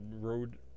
road